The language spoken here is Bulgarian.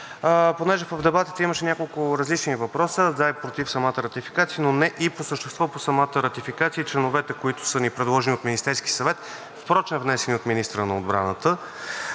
Понеже по дебатите имаше няколко различни въпроса за и против самата ратификация, по същество по самата ратификация и членовете, които са ни предложени от Министерския съвет – впрочем внесени от министъра на отбраната,